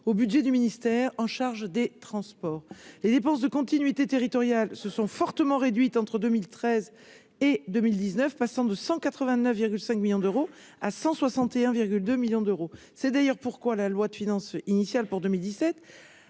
au budget du ministère en charge des transports, les dépenses de continuité territoriale se sont fortement réduites entre 2013 et 2019 passant de 189,5 millions d'euros à 161,2 millions d'euros, c'est d'ailleurs pourquoi la loi de finances initiale pour 2017